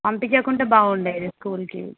పంపించకుంటే బాగుండే స్కూల్కి